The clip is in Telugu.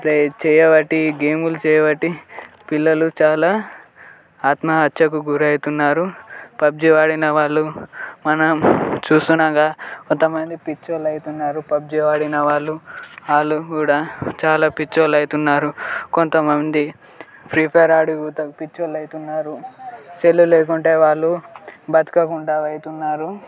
ప్లే చేయబట్టి గేములు చేయబట్టి పిల్లలు చాలా ఆత్మహత్యకు గురైతున్నారు పబ్జి వాడిన వాళ్ళు మనం చూస్తుండగా కొంతమంది పిచ్చి వాళ్ళు అవుతున్నారు ఇప్పుడు పబ్జి వాడిన వాళ్ళు వాళ్ళు కూడా చాలా పిచ్చోలు అవుతున్నారు కొంతమంది ఫ్రీ ఫైర్ ఆడి కుత పిచ్చోలు అవుతున్నారు సెల్లు లేకుంటే వాళ్ళు బతకకుండా అవుతున్నారు